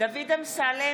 דוד אמסלם,